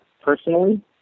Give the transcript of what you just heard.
personally